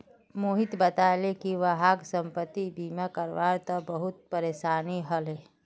मोहित बताले कि वहाक संपति बीमा करवा त बहुत परेशानी ह ले